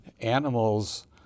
animals